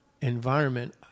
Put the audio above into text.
environment